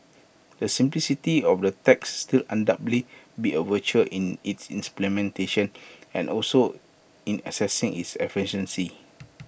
the simplicity of the tax will undoubtedly be A virtue in its implementation and also in assessing its efficacy